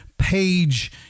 page